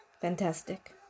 Fantastic